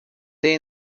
they